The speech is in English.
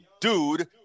dude